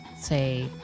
say